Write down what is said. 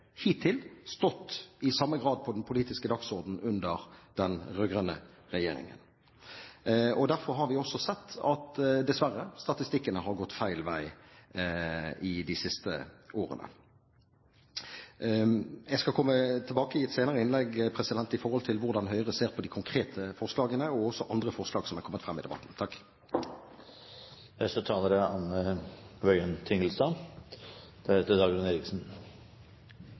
hittil i samme grad stått på den politiske dagsordenen under den rød-grønne regjeringen, og derfor har vi også dessverre sett at statistikken har gått feil vei i de siste årene. Jeg skal i et senere innlegg komme tilbake til hvordan Høyre ser på de konkrete forslagene, og også på andre forslag som er kommet fram i debatten. Neste taler er Anne Wøien Tingelstad.